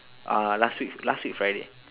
uh last week last week friday